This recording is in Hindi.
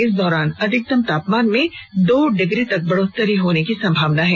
इस दौरान अधिकतम तापमान में दो डिग्री तक बढ़ोत्तरी होने की संभावना है